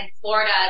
Florida